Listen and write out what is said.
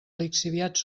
lixiviats